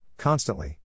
Constantly